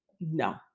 no